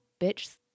bitch